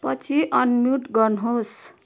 पछि अनम्युट गर्नुहोस्